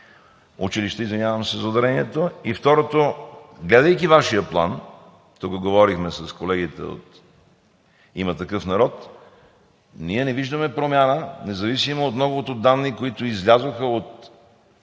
план за българските училища? И второто, гледайки Вашия план, тук говорихме с колегите от „Има такъв народ“, ние не виждаме промяна, независимо от многото данни, които излязоха от